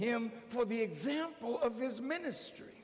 him for the example of his ministry